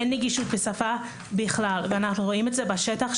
אין נגישות לשפה בכלל ואנחנו רואים את זה בשטח,